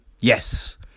yes